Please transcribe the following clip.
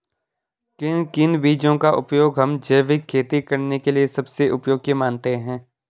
किन किन बीजों का उपयोग हम जैविक खेती करने के लिए सबसे उपयोगी मानते हैं?